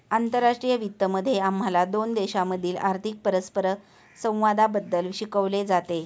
आंतरराष्ट्रीय वित्त मध्ये आम्हाला दोन देशांमधील आर्थिक परस्परसंवादाबद्दल शिकवले जाते